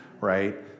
Right